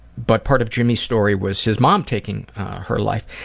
but part of jimmy's story was his mom taking her life.